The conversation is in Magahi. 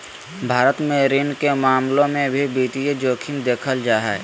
भारत मे ऋण के मामलों मे भी वित्तीय जोखिम देखल जा हय